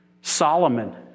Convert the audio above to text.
Solomon